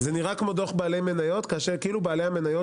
זה נראה כמו דוח בעלי מניות כאשר כאילו בעלי המניות